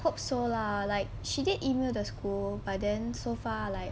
hope so lah she did email the school but then so far like